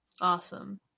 Awesome